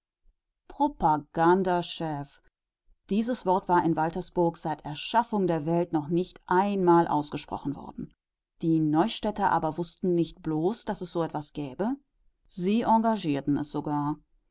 propagandachef dieses wort war in waltersburg seit erschaffung der welt noch nicht einmal ausgesprochen worden die neustädter aber wußten nicht bloß daß es so etwas gäbe sie engagierten es sogar